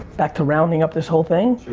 back to rounding up this whole thing.